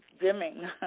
dimming